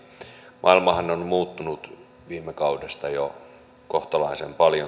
maailmahan on muuttunut viime kaudesta jo kohtalaisen paljon